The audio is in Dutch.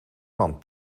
van